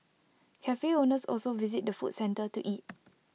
Cafe owners also visit the food centre to eat